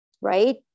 right